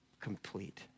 complete